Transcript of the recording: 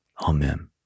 Amen